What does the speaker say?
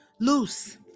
Loose